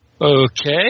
Okay